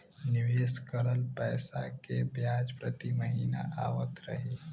निवेश करल पैसा के ब्याज प्रति महीना आवत रही?